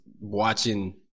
watching